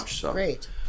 great